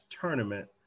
tournament